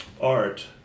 art